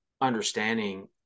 understanding